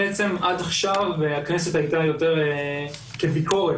עד עכשיו הכנסת הייתה יותר כביקורת,